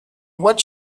what